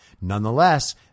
Nonetheless